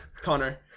Connor